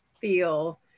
feel